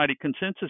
consensus